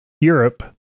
Europe